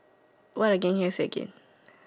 what again say again